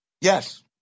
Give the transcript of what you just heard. Yes